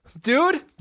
dude